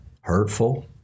hurtful